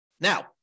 Now